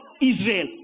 Israel